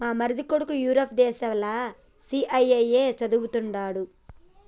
మా మరిది కొడుకు యూరప్ దేశంల సీఐఐఏ చదవతండాడు